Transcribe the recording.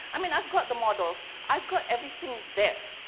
i mean, i've got the models, i've got everything there.